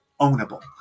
ownable